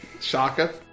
shaka